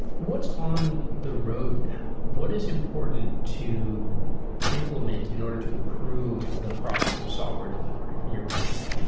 what's on the roadmap. what is important to implement in order to improve the process of software delivery from your point of view?